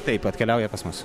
taip atkeliauja pas mus